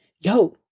yo